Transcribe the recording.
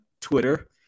Twitter